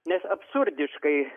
nes absurdiškai